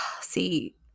See